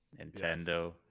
Nintendo